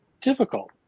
difficult